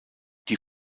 die